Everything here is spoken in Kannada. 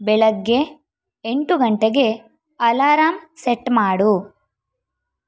ಬೆಳಗ್ಗೆ ಎಂಟು ಗಂಟೆಗೆ ಅಲಾರಾಮ್ ಸೆಟ್ ಮಾಡು